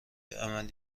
امن